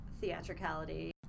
theatricality